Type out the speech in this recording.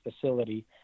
facility